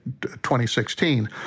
2016